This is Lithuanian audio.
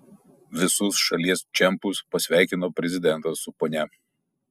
visus šalies čempus pasveikino prezidentas su ponia